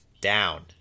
down